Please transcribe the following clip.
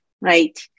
right